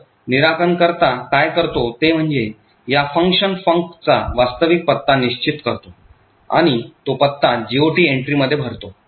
तर निराकरणकर्ता काय करतो ते म्हणजे या function funcचा वास्तविक पत्ता निश्चित करतो आणि तो पत्ता GOT एंट्रीमध्ये भरतो